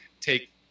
take